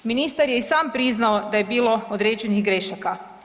Ministar je i sam priznao da je bilo određenih grašaka.